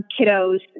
kiddos